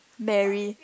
marry